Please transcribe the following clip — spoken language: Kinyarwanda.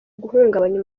guhungabanya